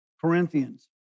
Corinthians